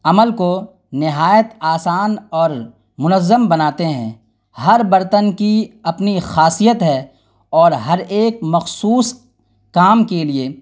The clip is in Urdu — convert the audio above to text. عمل کو نہایت آسان اور منظم بناتے ہیں ہر برتن کی اپنی خاصیت ہے اور ہر ایک مخصوص کام کے لیے